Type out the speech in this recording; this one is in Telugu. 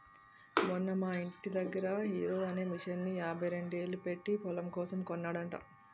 మొన్న మా యింటి దగ్గర హారో అనే మిసన్ని యాభైరెండేలు పెట్టీ పొలం కోసం కొన్నాడట